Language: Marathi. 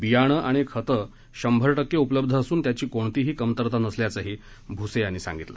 बियाणे आणि खत शंभर टक्के उपलब्ध असून त्याची कोणतीही कमतरता नसल्याचं त्यांनी सांगितलं